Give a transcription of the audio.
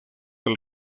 del